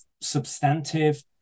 substantive